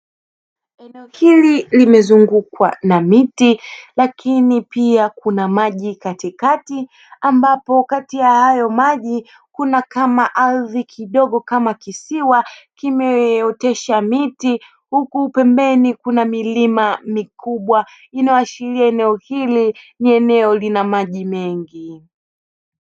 Eneo hili limezungukwa na miti lakini pia kuna maji katikati ambapo kati ya hayo maji kuna kama ardhi kidogo kama kisiwa kimeotesha miti, huku pembeni kuna milima mikubwa inayohashiria eneo hili ni eneo lina maji mengi.